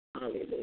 Hallelujah